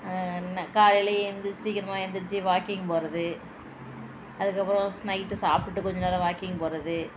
நா காலையில் எந்திரிச்சு சீக்கிரமாக எந்திரிச்சு வாக்கிங் போகறது அதுக்கப்புறோம் நைட்டு சாப்பிடுட்டு கொஞ்ச நேரம் வாக்கிங் போகறது